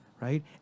Right